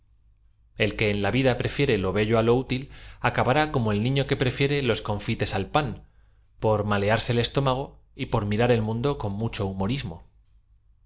l que en la yída prefiere lo bello á lo útil acabará como el nifio que prefiere los confites al pan por ma learse el estómago y por m irar el mundo con mucho humorismo